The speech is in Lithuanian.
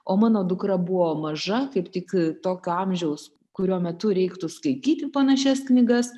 o mano dukra buvo maža kaip tik tokio amžiaus kurio metu reiktų skaityti panašias knygas